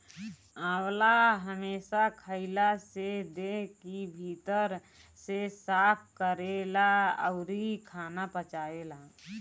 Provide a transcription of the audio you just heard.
आंवला हमेशा खइला से देह के भीतर से साफ़ करेला अउरी खाना पचावेला